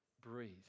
breathe